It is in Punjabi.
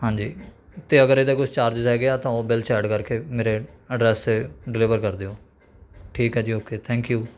ਹਾਂਜੀ ਅਤੇ ਅਗਰ ਇਹਦੇ ਕੁਝ ਚਾਰਜਿਸ ਹੈਗੇ ਹੈ ਤਾਂ ਉਹ ਬਿਲ 'ਚ ਐਡ ਕਰਕੇ ਮੇਰੇ ਐਡਰਸ 'ਤੇ ਡਿਲਵਰ ਕਰ ਦਿਉ ਠੀਕ ਹੈ ਜੀ ਓਕੇ ਥੈਂਕ ਯੂ